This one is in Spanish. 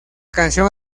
canción